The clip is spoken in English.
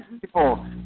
people